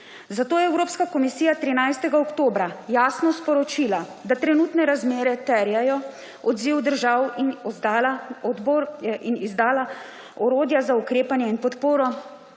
Zato je Evropska komisija 13. oktobra jasno sporočila, da trenutne razmere terjajo odziv držav, in izdala orodja za ukrepanje in podporo